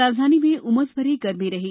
राजधानी में उमस भरी गरमी रही